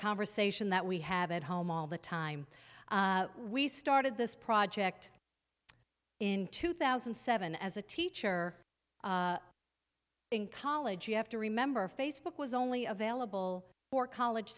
conversation that we have at home all the time we started this project in two thousand and seven as a teacher in college you have to remember facebook was only available for college